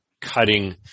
cutting